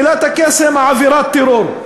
מילת הקסם, עבירת טרור.